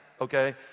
Okay